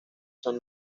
son